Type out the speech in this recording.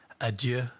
adieu